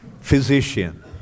physician